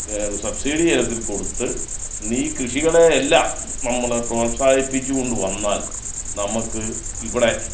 subsidy ഇനത്തിൽ കൊടുത്ത് ഇന്ന് ഈ കൃഷികളെ എല്ലാം നമ്മൾ പ്രോത്സാഹിപ്പിച്ചു കൊണ്ടു വന്നാൽ നമുക്ക് ഇവിടെ